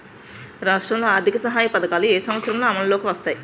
రాష్ట్రంలో ఆర్థిక సహాయ పథకాలు ఏ సంవత్సరంలో అమల్లోకి వచ్చాయి?